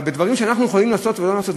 אבל בדברים שאנחנו יכולים לעשות לא נעשה?